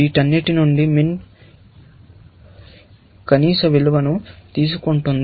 వీటన్నిటి నుండి MIN కనీస విలువను తీసుకుంటోంది